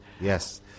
Yes